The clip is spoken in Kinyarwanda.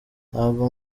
ntabwo